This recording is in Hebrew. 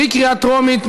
בקריאה טרומית.